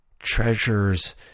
Treasures